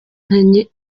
nkeneye